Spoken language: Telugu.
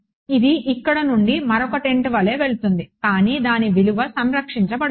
ఇది ఇక్కడ నుండి మరొక టెంట్ వలె వెళుతుంది కానీ దాని విలువ సంరక్షించబడుతుంది